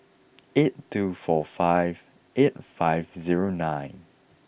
eight two four five eight five zero nine